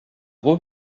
trop